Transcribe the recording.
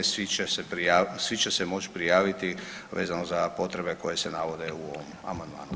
Svi će se moć prijaviti vezano za potrebe koje se navode u ovom amandmanu.